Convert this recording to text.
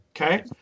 okay